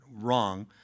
wrong